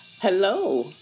Hello